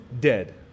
dead